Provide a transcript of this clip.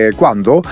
quando